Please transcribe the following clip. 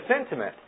sentiment